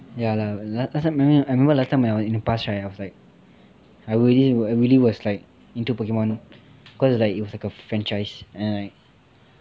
ya lah last time I remember last time right in the past right I really I really was like into pokemon cause it was like a franchise and I like